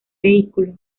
vehículo